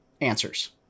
answers